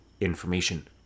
information